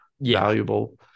valuable